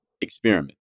experiment